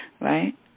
Right